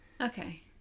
Okay